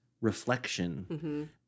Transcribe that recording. reflection